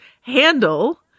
handle